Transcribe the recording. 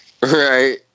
Right